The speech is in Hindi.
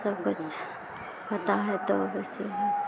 सब कुछ होता है तो बस यही